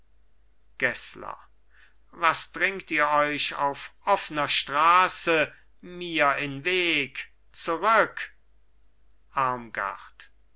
gessler was dringt ihr euch auf offner straße mir in weg zurück